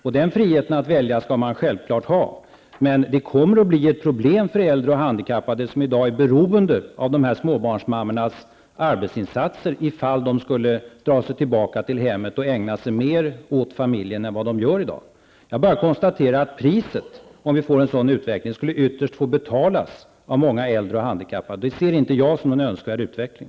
Man skall självfallet ha denna frihet att välja, men det kommer att bli ett problem för de äldre och handikappade som i dag är beroende av småbarnsmammors arbetsinsatser, ifall dessa mammor skulle dra sig tillbaka till hemmet och ägna sig mer åt familjen än vad de i dag gör. Jag bara konstaterar att priset för en sådan utveckling skulle ytterst få betalas av många äldre och handikappade. Det ser inte jag som någon önskvärd utveckling.